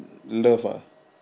love ah